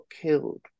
killed